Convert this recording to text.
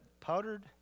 powdered